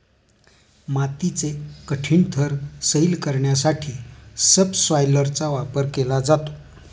मातीचे कठीण थर सैल करण्यासाठी सबसॉयलरचा वापर केला जातो